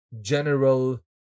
general